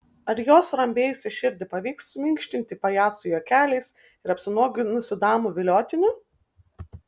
ar jo surambėjusią širdį pavyks suminkštinti pajacų juokeliais ir apsinuoginusių damų viliotiniu